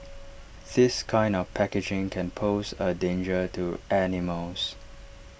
this kind of packaging can pose A danger to animals